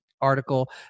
article